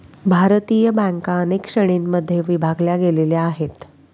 भारतीय बँका अनेक श्रेणींमध्ये विभागल्या गेलेल्या आहेत